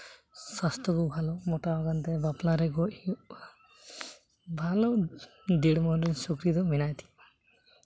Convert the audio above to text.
ᱥᱟᱥᱛᱷᱚ ᱠᱚ ᱵᱷᱟᱞᱚ ᱢᱳᱴᱟᱣ ᱠᱟᱱ ᱛᱟᱭᱟ ᱵᱟᱯᱞᱟ ᱨᱮ ᱜᱚᱡ ᱦᱩᱭᱩᱜᱼᱟ ᱵᱷᱟᱞᱚ ᱵᱷᱟᱞᱚ ᱰᱮᱲ ᱢᱟᱹᱦᱱᱟᱹ ᱥᱩᱠᱨᱤ ᱫᱚ ᱢᱮᱱᱟᱭ ᱛᱤᱧᱟᱹ